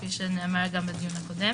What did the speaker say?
כפי שנאמר בדיון הקודם